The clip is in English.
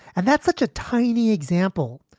and that's such a tiny example.